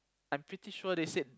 I'm pretty sure they said